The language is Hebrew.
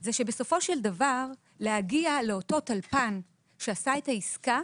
זה שבסופו של דבר להגיע לאותו טלפן שעשה את העסקה